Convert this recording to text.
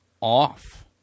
off